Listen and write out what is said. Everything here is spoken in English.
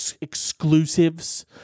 exclusives